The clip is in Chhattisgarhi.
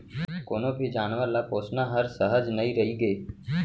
कोनों भी जानवर ल पोसना हर सहज नइ रइगे